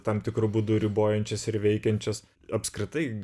tam tikru būdu ribojančias ir veikiančias apskritai